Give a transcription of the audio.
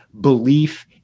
belief